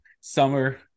summer